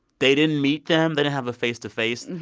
they didn't meet them. they didn't have a face-to-face.